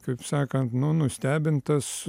kaip sakant nu nustebintas